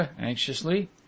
anxiously